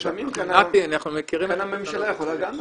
אבל לפעמים הממשלה גם יכולה ל